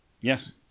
Yes